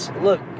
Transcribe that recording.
Look